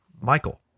Michael